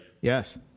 Yes